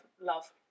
love